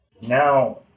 now